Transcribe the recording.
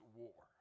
war